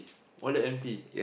wallet empty